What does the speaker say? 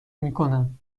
میکنم